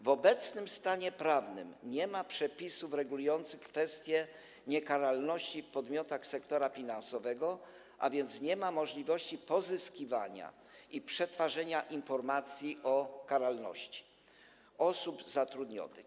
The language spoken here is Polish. W obecnym stanie prawnym nie ma przepisów regulujących kwestię niekaralności w podmiotach sektora finansowego, a więc nie ma możliwości pozyskiwania i przetwarzania informacji o karalności osób zatrudnionych.